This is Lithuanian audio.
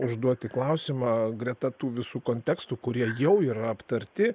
užduoti klausimą greta tų visų kontekstų kurie jau yra aptarti